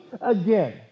again